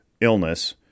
illness